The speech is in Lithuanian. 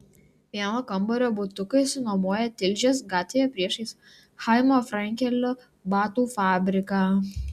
vieno kambario butuką išsinuomojo tilžės gatvėje priešais chaimo frenkelio batų fabriką